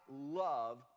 love